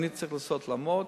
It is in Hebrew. אני צריך לנסות לעמוד,